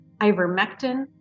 ivermectin